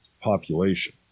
population